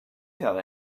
tell